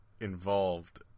involved